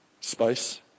space